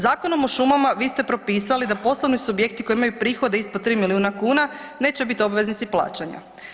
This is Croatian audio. Zakonom o šumama vi ste propisali da poslovni subjekti koji imaju prihode ispod tri milijuna kuna neće biti obveznici plaćanja.